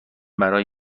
برای